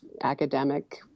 academic